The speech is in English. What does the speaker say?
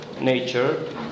nature